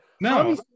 no